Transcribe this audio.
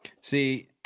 see